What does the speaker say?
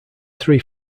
three